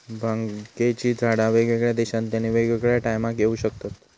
भांगेची झाडा वेगवेगळ्या देशांतल्यानी वेगवेगळ्या टायमाक येऊ शकतत